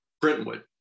Brentwood